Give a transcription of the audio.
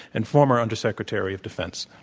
and former undersecretary of defense.